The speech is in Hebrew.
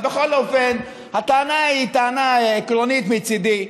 בכל אופן, הטענה היא טענה עקרונית מצידי.